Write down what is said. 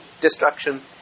destruction